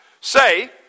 say